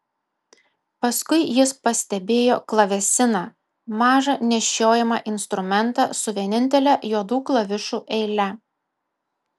paskui jis pastebėjo klavesiną mažą nešiojamą instrumentą su vienintele juodų klavišų eile